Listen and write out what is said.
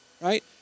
right